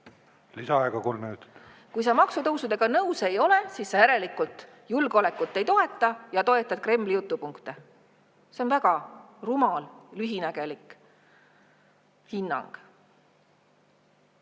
Lisaaega kolm minutit. … kui sa maksutõusudega nõus ei ole, siis sa järelikult julgeolekut ei toeta ja toetad Kremli jutupunkte. See on väga rumal, lühinägelik hinnang. Aga